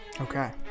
okay